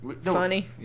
Funny